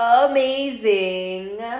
Amazing